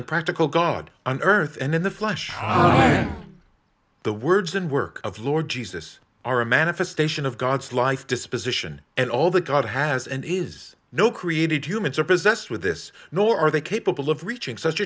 and practical god on earth and in the flesh the words and work of lord jesus are a manifestation of god's life disposition and all that god has and is no created humans are possessed with this nor are they capable of reaching such